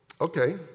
okay